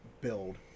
build